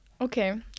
okay